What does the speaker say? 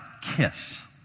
kiss